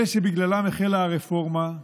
אלה שבגללם החלה הרפורמה,